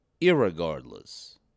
irregardless